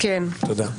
תודה.